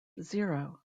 zero